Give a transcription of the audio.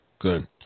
Good